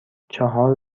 چهار